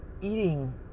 eating